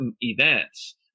events